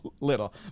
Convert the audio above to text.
little